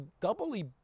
doubly